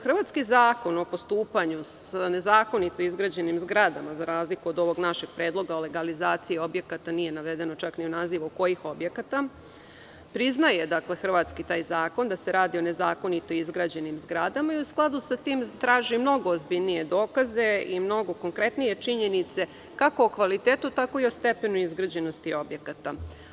Hrvatski Zakon o postupanju sa nezakonito izgrađenim zgradama, za razliku od ovog našeg predloga o legalizaciji objekata gde nije navedeno čak u nazivu kojih objekata, priznaje hrvatski zakon da se radi o nezakonito izgrađenim objektima i u skladu sa tim traži mnogo ozbiljnije dokaze i mnogo konkretnije činjenice kako o kvalitetu tako i o stepenu izgrađenosti objekata.